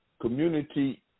community